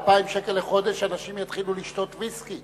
2,000 שקל לחודש, אנשים יתחילו לשתות ויסקי